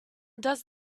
does